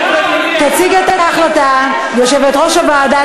עברה בקריאה ראשונה ותועבר לוועדת